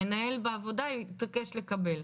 המנהל בעבודה יתעקש לקבל.